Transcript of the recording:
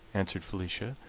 answered felicia,